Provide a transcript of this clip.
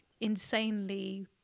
insanely